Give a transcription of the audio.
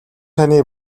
таны